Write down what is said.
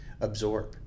absorb